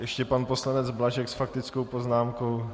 Ještě pan poslanec Blažek s faktickou poznámkou.